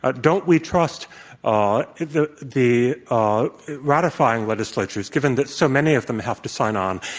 ah don't we trust ah the the ah ratifying legislatures, given that so many of them have to sign on.